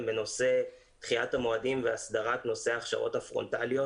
בנושא דחיית המועדים והסדרת נושא ההכשרות הפרונטליות.